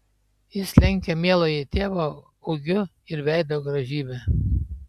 jis lenkia mieląjį tėvą ūgiu ir veido grožybe